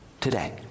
today